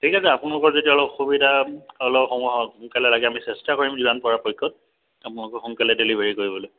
ঠিক আছে আপোনালোকৰ যেতিয়া অলপ অসুবিধা অলপ সময় সোনকালে লাগে আমি চেষ্টা কৰিম যিমান পৰাপক্ষত আপোনালোকৰ সোনকালে ডেলিভাৰী কৰিবলৈ